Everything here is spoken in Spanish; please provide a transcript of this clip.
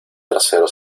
tercero